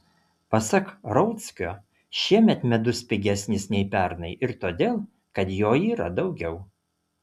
pasak rauckio šiemet medus pigesnis nei pernai ir todėl kad jo yra daugiau